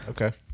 Okay